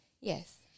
yes